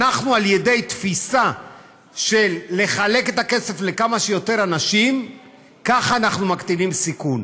על ידי התפיסה של חלוקת את הכסף לכמה שיותר אנשים אנחנו מקטינים סיכון,